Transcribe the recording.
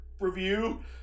review